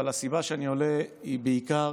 אבל הסיבה שאני עולה היא בעיקר